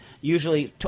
Usually